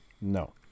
No